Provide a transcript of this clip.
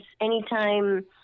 anytime